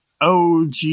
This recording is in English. OG